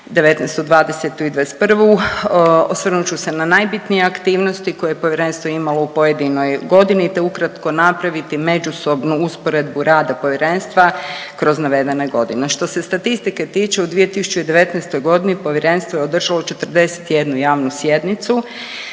'19., '20. i '21. osvrnut ću se na najbitnije aktivnosti koje je Povjerenstvo imalo u pojedinoj godini te ukratko napraviti međusobnu usporedbu rada Povjerenstva kroz navedene godine. Što se statistike tiče u 2019.g. Povjerenstvo je održalo 41 javnu sjednicu